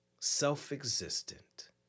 self-existent